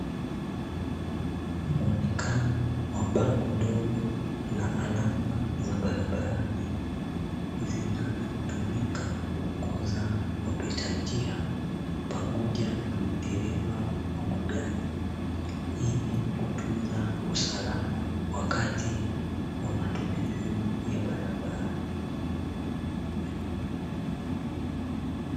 Mwonekano wa bango dogo la alama za barabarani, zinazotumika kuongoza wapita njia pamoja na madereva wa magari, ili kutunza usalama wakati wa matumizi ya barabara.